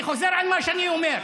אני חוזר על מה שאני אומר.